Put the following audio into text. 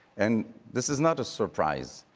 and this is not a surprise.